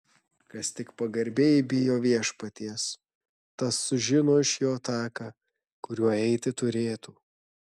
kas tik pagarbiai bijo viešpaties tas sužino iš jo taką kuriuo eiti turėtų